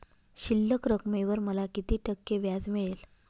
शिल्लक रकमेवर मला किती टक्के व्याज मिळेल?